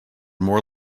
more